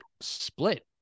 split